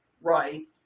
Right